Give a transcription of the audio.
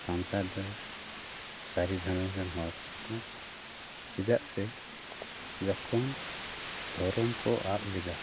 ᱥᱟᱱᱛᱟᱲ ᱫᱚ ᱥᱟᱹᱨᱤ ᱫᱷᱚᱨᱚᱢ ᱨᱮᱱ ᱦᱚᱲ ᱠᱟᱱᱟ ᱠᱚ ᱪᱮᱫᱟᱜ ᱥᱮ ᱡᱚᱠᱷᱚᱱ ᱫᱷᱚᱨᱚᱢ ᱠᱚ ᱟᱫ ᱞᱮᱫᱟ